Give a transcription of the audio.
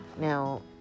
Now